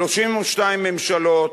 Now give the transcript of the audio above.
32 ממשלות,